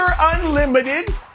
Unlimited